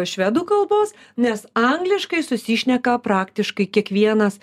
švedų kalbos nes angliškai susišneka praktiškai kiekvienas